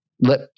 let